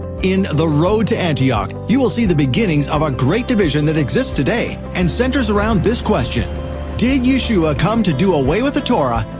in the road to antioch, you will see the beginnings of a great division that exists today and centers around this question did yeshua come to do away with the torah,